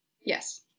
yes